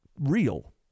real